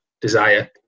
desire